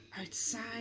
outside